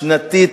שנתית,